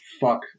Fuck